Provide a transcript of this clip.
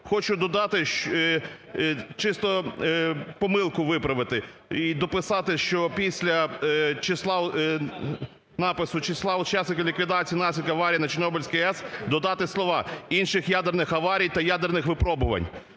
Хочу додати, чисто помилку виправити і дописати, що після напису числа учасників ліквідації наслідків аварії на Чорнобильській АЕС додати слова "інших ядерних аварій та ядерних випробувань".